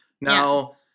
Now